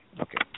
Okay